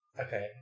Okay